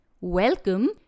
Welcome